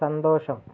സന്തോഷം